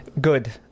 Good